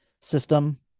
system